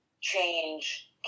change